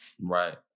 Right